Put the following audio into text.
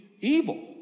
evil